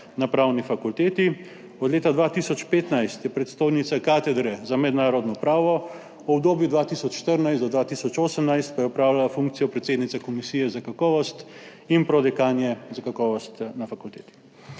na Pravni fakulteti, od leta 2015 je predstojnica Katedre za mednarodno pravo, v obdobju 2014 do 2018 pa je opravljala funkcijo predsednice Komisije za kakovost in prodekanje za kakovost na fakulteti.